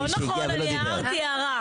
לא נכון, אני הערתי הערה.